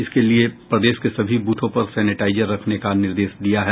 इसके लिये प्रदेश के सभी बूथों पर सैनिटाइजर रखने का निर्देश दिया है